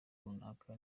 runaka